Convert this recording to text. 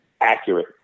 accurate